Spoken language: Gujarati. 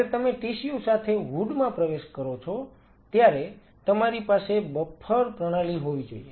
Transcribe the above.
હવે જ્યારે તમે ટીસ્યુ સાથે હૂડ માં પ્રવેશ કરો છો ત્યારે તમારી પાસે બફર પ્રણાલી હોવી જોઈએ